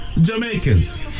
Jamaicans